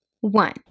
one